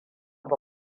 ba